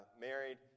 married